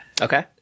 okay